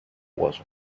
was